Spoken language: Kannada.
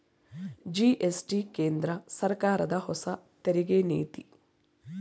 ಜಿ.ಎಸ್.ಟಿ ಕೇಂದ್ರ ಸರ್ಕಾರದ ಹೊಸ ತೆರಿಗೆ ನೀತಿ